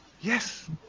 Yes